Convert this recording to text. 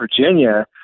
virginia